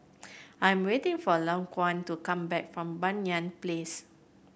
I am waiting for Laquan to come back from Banyan Place